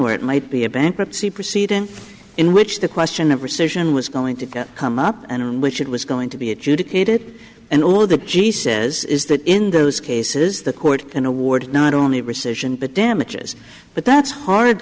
where it might be a bankruptcy proceeding in which the question of rescission was going to come up and which it was going to be adjudicated and all of the g says is that in those cases the court can award not on rescission but damages but that's hard